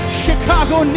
chicago